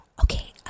Okay